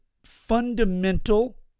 fundamental